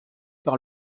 par